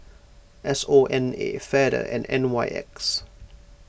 S O N A Feather and N Y X